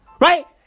right